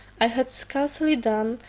i had scarcely done,